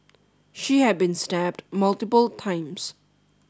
she had been stabbed multiple times